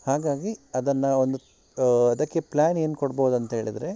ಹಾಗಾಗಿ ಅದನ್ನು ಒಂದು ಅದಕ್ಕೆ ಪ್ಲ್ಯಾನ್ ಏನು ಕೊಡ್ಬಹುದು ಅಂಥೇಳಿದ್ರೆ